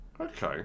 Okay